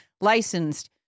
licensed